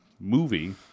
movie